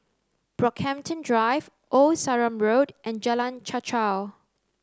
Brockhampton Drive Old Sarum Road and Jalan Chichau